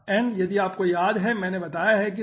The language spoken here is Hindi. n यदि आपको याद है तो मैंने बताया है कि है